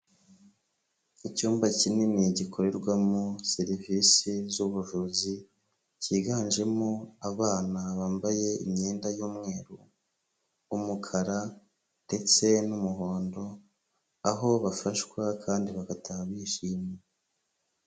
Icyumba kinini gikorerwamo serivisi z'ubuvuzi, cyiganjemo abana bambaye imyenda y'umweru. umukara ndetse n'umuhondo, aho bafashwa kandi bagataha bishimye.